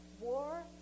war